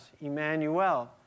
Emmanuel